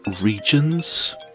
regions